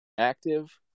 active